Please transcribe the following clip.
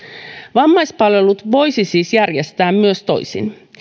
vammaispalvelut voisi siis järjestää myös toisin